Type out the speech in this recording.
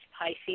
Pisces